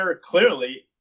clearly